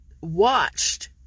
watched